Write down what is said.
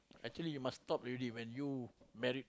actually you must stop already when you married